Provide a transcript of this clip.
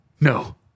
No